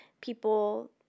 people